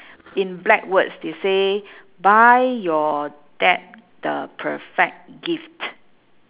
in black words they say buy your dad the perfect gift